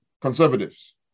conservatives